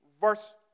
Verse